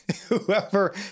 whoever